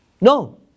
No